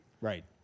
Right